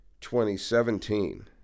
2017